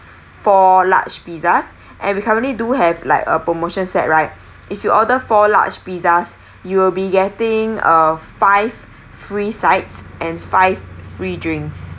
four large pizzas and we currently do have like a promotion set right if you order four large pizzas you'll be getting a five free sides and five free drinks